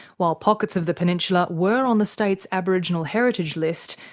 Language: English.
while pockets of the peninsula were on the state's aboriginal heritage list,